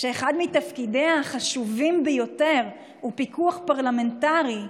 שאחד מתפקידה החשובים ביותר הוא פיקוח פרלמנטרי,